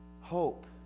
Hope